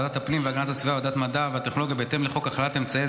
ועדת הפנים והגנת הסביבה וועדת המדע והטכנולוגיה בהתאם לחוק הכללת אמצעי